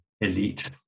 elite